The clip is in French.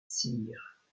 sire